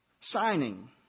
signing